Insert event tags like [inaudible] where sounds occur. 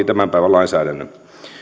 [unintelligible] tämän päivän lainsäädännön